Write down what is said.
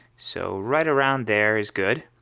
so right around there is good.